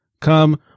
come